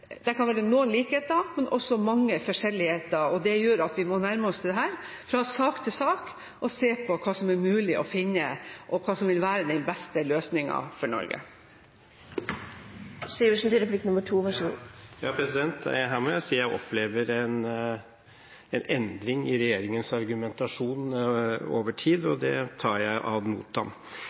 nå, kan det være noen likheter, men også mange ulikheter, og det gjør at vi må nærme oss dette fra sak til sak og se på hva som er mulig å finne, og hva som vil være den beste løsningen for Norge. Her må jeg si jeg opplever en endring i regjeringens argumentasjon over tid, og det tar jeg